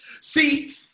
See